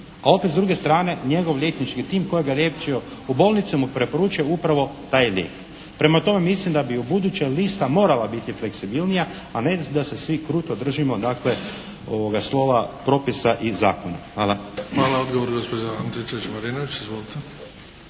A opet s druge strane njegov liječnički tim koji ga je liječio u bolnici u preporučuje upravo taj lijek. Prema tome mislim da bi u buduće lista morala biti fleksibilnija, a ne da se svi kruto držimo dakle slova propisa i zakona. Hvala. **Bebić, Luka (HDZ)** Hvala. Odgovor gospođa Antičević Marinović. Izvolite.